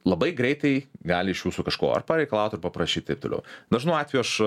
labai greitai gali iš jūsų kažko ar pareikalaut ar paprašyt taip toliau dažnu atveju aš